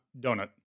Donut